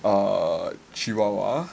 a chihuahua